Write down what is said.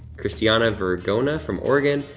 cristiano vergona from oregon.